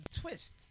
Twist